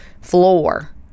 floor